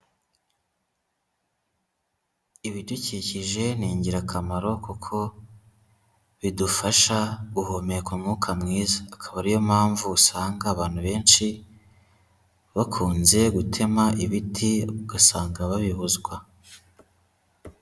Ibidukikije ni ingirakamaro kuko bidufasha guhumeka umwuka mwiza. Akaba ari yo mpamvu usanga abantu benshi bakunze gutema ibiti, ugasanga babibuzwa.